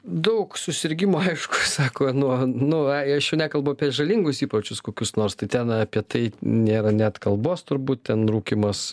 daug susirgimų aišku sako nuo nu ai aš jau nekalbu apie žalingus įpročius kokius nors tai ten apie tai nėra net kalbos turbūt ten rūkymas